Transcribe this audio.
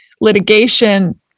litigation